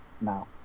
now